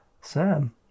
Sam